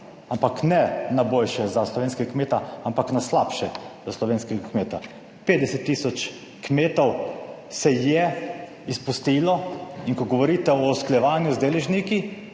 ampak ne na boljše za slovenskega kmeta, ampak na slabše za slovenskega kmeta. 50 tisoč kmetov se je izpustilo. In ko govorite o usklajevanju z deležniki,